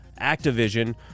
activision